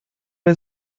wir